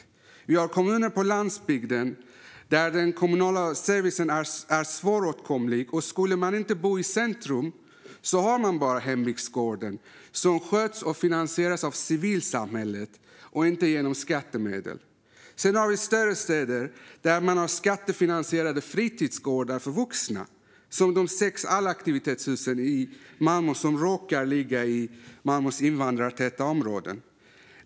Det finns kommuner på landsbygden där den kommunala servicen är svåråtkomlig och där man om man inte bor i centrum bara har hembygdsgården, som sköts och finansieras av civilsamhället och inte genom skattemedel. Men i större städer finns det skattefinansierade fritidsgårdar för vuxna, som de sex allaktivitetshusen i Malmö som råkar ligga i Malmös invandrartäta områden.